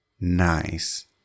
Nice